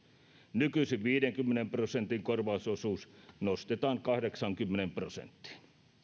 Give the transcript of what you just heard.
nykyisin viidenkymmenen prosentin korvausosuus nostetaan kahdeksaankymmeneen prosenttiin